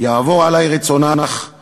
יעבור עלי רצונך /